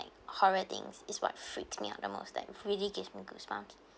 horror things is what freaked me out the most that really gives me goosebumps